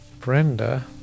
Brenda